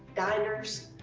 diners,